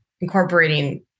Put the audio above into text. incorporating